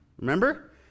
Remember